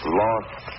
lost